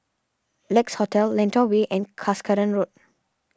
Lex Hotel Lentor Way and Cuscaden Road